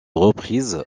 reprises